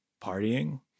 partying